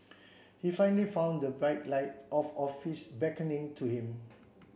he finally found the bright light of office beckoning to him